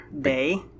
day